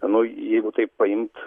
manau jeigu taip paimt